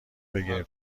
بگیریم